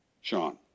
Sean